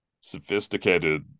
sophisticated